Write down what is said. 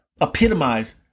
epitomize